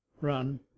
run